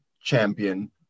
champion